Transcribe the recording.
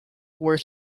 were